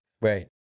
Right